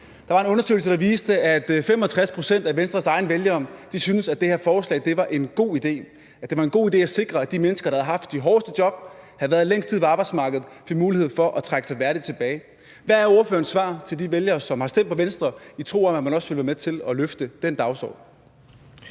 Der var en undersøgelse, der viste, at 65 pct. af Venstres egne vælgere syntes, at det her forslag var en god idé; at det var en god idé at sikre, at de mennesker, der havde haft de hårdeste job, og som havde været længst tid på arbejdsmarkedet, fik mulighed for at trække sig værdigt tilbage. Hvad er ordførerens svar til de vælgere, som har stemt på Venstre i en tro på, at man også ville være med til at løfte den dagsorden?